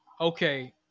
okay